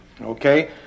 Okay